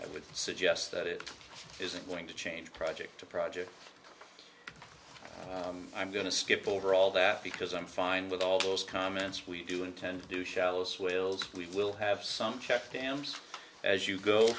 i would suggest that it isn't going to change project to project i'm going to skip over all that because i'm fine with all those comments we do intend to do shallow swills we will have some check dams as you go